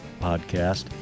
podcast